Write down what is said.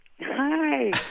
Hi